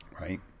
Right